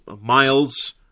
miles